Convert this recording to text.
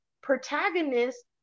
protagonist